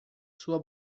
sua